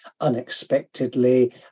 unexpectedly